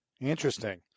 Interesting